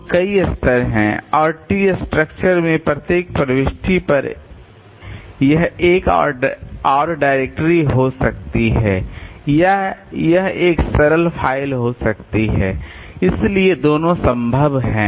तो कई स्तर हैं और ट्री स्ट्रक्चर में प्रत्येक प्रविष्टि पर यह एक और डायरेक्टरी हो सकती है या यह एक सरल फ़ाइल हो सकती है इसलिए दोनों संभव हैं